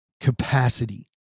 capacity